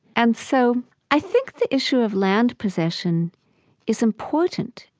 and so i think the issue of land possession is important.